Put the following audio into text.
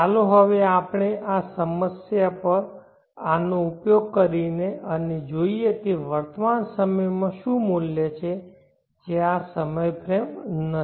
ચાલો હવે આપણે આ સમસ્યા પર આનો ઉપયોગ કરીએ અને જોઈએ કે વર્તમાન સમયમાં શું મૂલ્ય છે જે આ સમય ફ્રેમ નથી